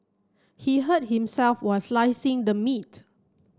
he hurt himself while slicing the meat